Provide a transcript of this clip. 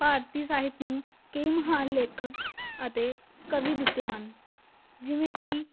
ਭਾਰਤੀ ਸਾਹਿਤ ਨੂੰ ਕਈ ਮਹਾਨ ਲੇਖਕ ਅਤੇ ਕਵੀ ਦਿੱਤੇ ਹਨ ਜਿਵੇਂ ਕਿ